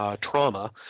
trauma